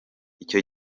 icyo